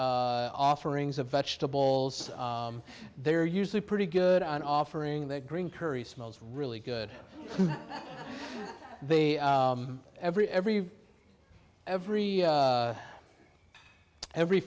offerings of vegetables they're usually pretty good on offering that green curry smells really good they every every every every